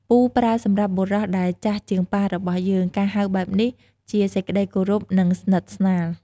“ពូ” ប្រើចំពោះបុរសដែលចាស់ជាងប៉ារបស់យើង ការហៅបែបនេះ ជាសេចក្ដីគោរព និងស្និទ្ធស្នាល។